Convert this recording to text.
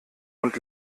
und